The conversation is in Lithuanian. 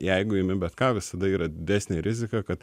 jeigu imi bet ką visada yra didesnė rizika kad